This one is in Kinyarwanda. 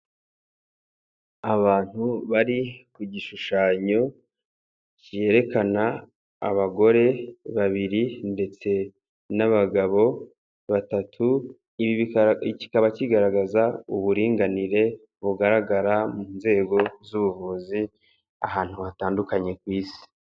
Abantu bari ku gishushanyo cyerekana abagore babiri ndetse n'abagabo batatu, kikaba kigaragaza uburinganire bugaragara mu nzego z'ubuvuzi ahantu hatandukanye ku isi.